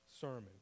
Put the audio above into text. sermon